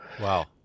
Wow